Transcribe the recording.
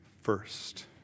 first